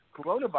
Coronavirus